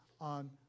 on